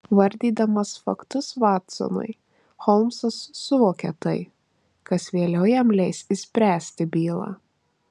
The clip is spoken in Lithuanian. vardydamas faktus vatsonui holmsas suvokia tai kas vėliau jam leis išspręsti bylą